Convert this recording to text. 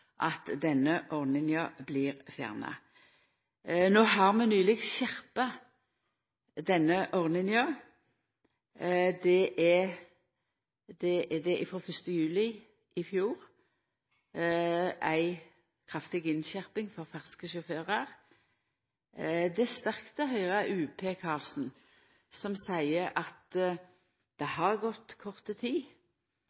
at denne ordninga blir fjerna. No har vi nyleg skjerpa denne ordninga. Frå 1. juli i fjor vart det ei kraftig innskjerping for ferske sjåførar. Det er sterkt å høyra UP-Karlsen som seier at det